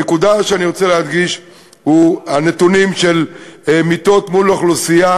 הנקודה שאני רוצה להדגיש היא הנתונים של מיטות מול אוכלוסייה,